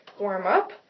warm-up